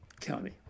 County